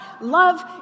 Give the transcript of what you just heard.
love